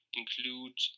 include